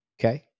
Okay